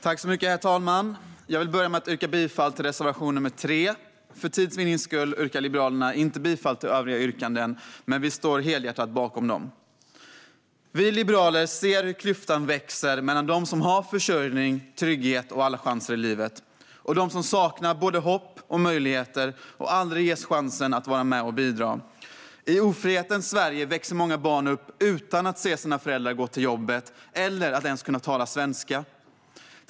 Herr talman! Jag vill börja med att yrka bifall till reservation nr 3. För tids vinnande yrkar Liberalerna inte bifall till övriga reservationer, men vi står helhjärtat bakom dem. Vi liberaler ser hur klyftan växer mellan dem som har försörjning, trygghet och alla chanser i livet och dem som saknar både hopp och möjligheter och som aldrig ges chansen att vara med och bidra. I ofrihetens Sverige växer många barn upp utan att se sina föräldrar gå till jobbet eller ens kunna tala svenska.